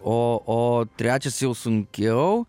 o o trečias jau sunkiau